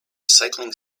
recycling